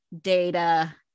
Data